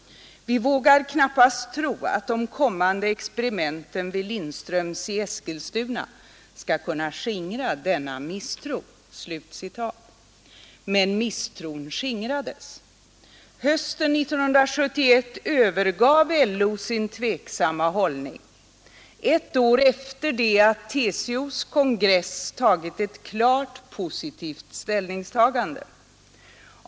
Vi vågar knappast tro att de kommande experimenten vid Lindströms i Eskilstuna skall kunna skingra denna misstro.” Men misstron skingrades. Hösten 1971 övergav LO sin tveksamma hållning, ett år efter det att TCO:s kongress gjort ett klart positivt ställningstagande.